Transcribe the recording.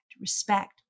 respect